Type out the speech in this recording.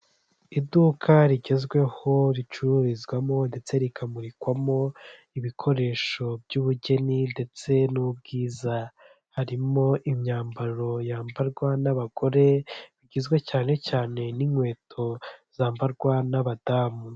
Iduka rigezweho ricururizwamo ndetse rikamurikwamo ibikoresho by'ubugeni, ndetse n'ubwiza, harimo imyambaro yambarwa n'abagore, bigizwe cyane cyane n'inkweto zambarwa n'abadamu.